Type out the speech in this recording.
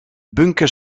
bunker